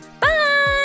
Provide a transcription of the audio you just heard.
Bye